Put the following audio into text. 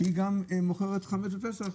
שגם מוכרת חמץ בפסח.